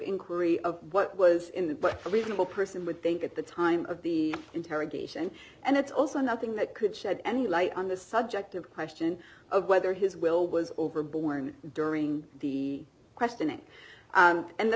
inquiry of what was in that but a reasonable person would think at the time of the interrogation and it's also nothing that could shed any light on the subject of question of whether his will was over born during the questioning and the